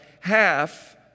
half